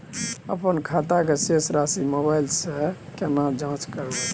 अपन खाता के शेस राशि मोबाइल से केना जाँच करबै?